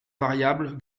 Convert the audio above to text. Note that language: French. variable